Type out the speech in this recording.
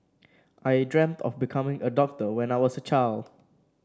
I dreamt of becoming a doctor when I was a child